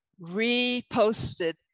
reposted